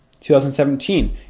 2017